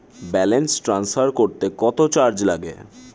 Balance transfer করতে কত charge লাগে?